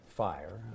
fire